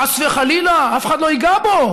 חס וחלילה, אף אחד לא ייגע בו.